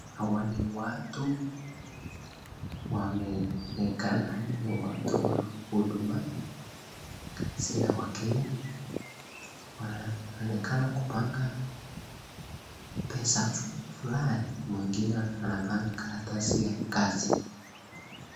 Hawa ni watu wameonekana ni wa watu wa Huduma center wa Kenya wanaonekana kupanga pesa fulani mwengine anapanga karatasi ya kazi.